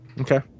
okay